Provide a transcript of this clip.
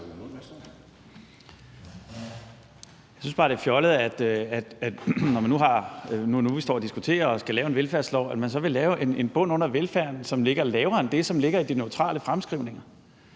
Jeg synes bare, det er fjollet, nu vi står og diskuterer og skal lave en velfærdslov, at man så vil lave en bund under velfærden, som ligger lavere end det, som ligger i de neutrale fremskrivninger.